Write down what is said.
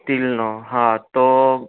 સ્ટીલનો હતો